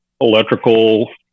electrical